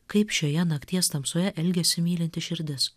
kaip šioje nakties tamsoje elgiasi mylinti širdis